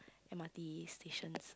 m_r_t stations